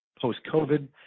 Post-COVID